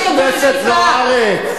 חברת הכנסת זוארץ.